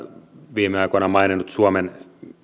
viime aikoina maininnut suomen